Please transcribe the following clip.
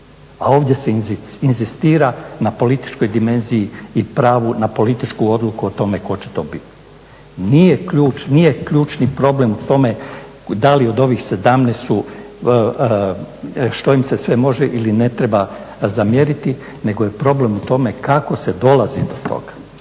A ovdje se inzistira na političkoj dimenziji i pravu na političku odluku o tome tko će to biti. Nije ključni problem u tome da li od ovih 17 su, što im se sve može ili ne treba zamjeriti nego je problem u tome kako se dolazi do toga